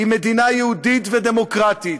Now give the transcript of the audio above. היא מדינה יהודית ודמוקרטית,